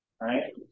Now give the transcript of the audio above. right